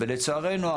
ולצערנו,